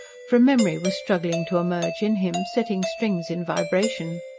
for a memory was struggling to emerge in him, setting strings in vibration.